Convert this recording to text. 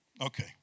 Okay